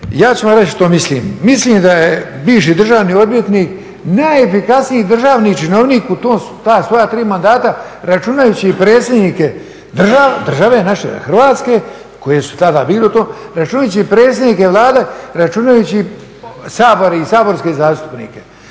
Ja ću vam reći što mislim, mislim da je bivši državni odvjetnik najefikasniji državni činovnik u ta svoja tri mandata računajući predsjednike države naše Hrvatske koji su tada bili, računajući predsjednike vlade, računajući Sabor i saborske zastupnike.